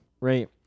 Right